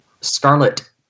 Scarlet